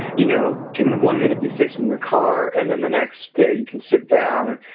you know, can one minute be fixing your car and then the next day, you can sit down,